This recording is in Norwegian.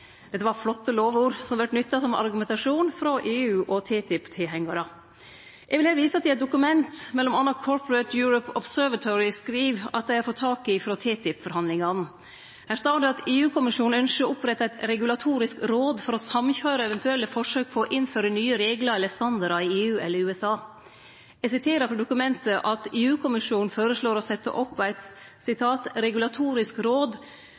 Dette var flotte lovord, som vert nytta som argumentasjon frå EU- og TTIP-tilhengjarar. Eg vil her vise til eit dokument som m.a. Corporate Europe Observatory skriv at dei har fått tak i frå TTIP-forhandlingane. Her står det at EU-kommisjonen ynskjer å opprette eit regulatorisk råd for å samkøyre eventuelle forsøk på å innføre nye reglar eller standardar i EU eller USA. Eg siterer frå dokumentet:EU-kommisjonen føreslår å setje opp eit «regulatorisk råd